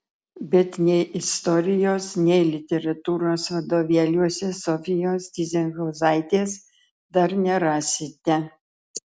bet nei istorijos nei literatūros vadovėliuose sofijos tyzenhauzaitės dar nerasite